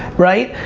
right?